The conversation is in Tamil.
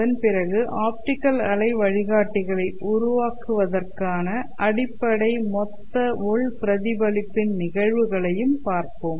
அதன் பிறகு ஆப்டிகல் அலை வழிகாட்டிகளை உருவாக்குவதற்கான அடிப்படை மொத்த உள் பிரதிபலிப்பின் நிகழ்வுகளையும் பார்ப்போம்